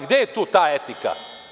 Gde je tu ta etika?